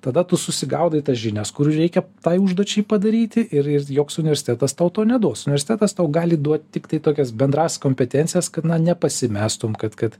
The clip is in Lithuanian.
tada tu susigaudai tas žinias kurių reikia tai užduočiai padaryti ir ir joks universitetas tau to neduos universitetas tau gali duot tiktai tokias bendrąsias kompetencijas kad na nepasimestum kad kad